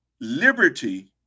liberty